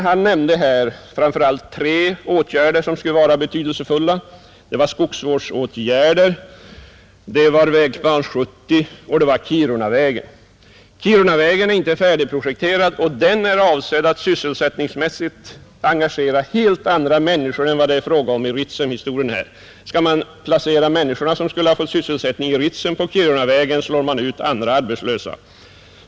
Han nämnde framför allt tre åtgärder som skulle vara betydelsefulla. Det var skogsvårdsåtgärder, det var Vägplan 70 och det var Kirunavägen. Kirunavägen är inte färdigprojekterad, och den är avsedd att sysselsättningsmässigt engagera helt andra människor än vad det är fråga om i samband med Ritsem. Skall man placera de människor som skulle ha fått sysselsättning i Ritsem på Kirunavägen så slår man ut andra arbetslösa.